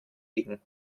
liegen